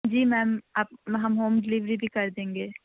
جی میم ہم home delivery بھی کر دیں گے